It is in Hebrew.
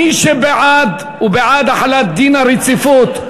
מי שבעד הוא בעד החלת דין הרציפות,